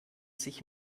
sich